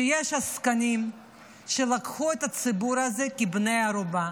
יש עסקנים שלקחו את הציבור הזה כבני ערובה,